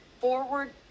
forward